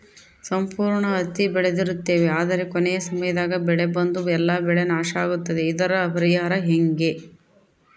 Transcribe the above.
ಸಂಪೂರ್ಣ ಹತ್ತಿ ಬೆಳೆದಿರುತ್ತೇವೆ ಆದರೆ ಕೊನೆಯ ಸಮಯದಾಗ ಮಳೆ ಬಂದು ಎಲ್ಲಾ ಬೆಳೆ ನಾಶ ಆಗುತ್ತದೆ ಇದರ ಪರಿಹಾರ ಹೆಂಗೆ?